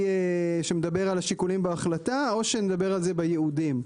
שמדבר על השיקולים בהחלטה או שנדבר על זה בייעודים.